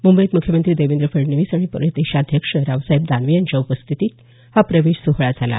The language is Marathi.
मुंबईत मुख्यमंत्री देवेंद्र फडणवीस आणि प्रदेशाध्यक्ष रावसाहेब दानवे यांच्या उपस्थितीत हा प्रवेश सोहळा झाला